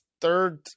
third